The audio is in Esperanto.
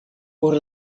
por